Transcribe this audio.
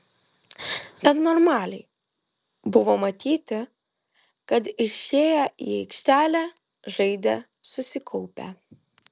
bet normaliai buvo matyti kad išėję į aikštelę žaidė susikaupę